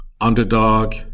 Underdog